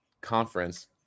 conference